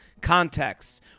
Context